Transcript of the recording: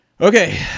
Okay